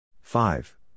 Five